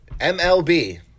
MLB